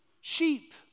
Sheep